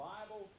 Bible